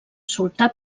sultà